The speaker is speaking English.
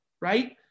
right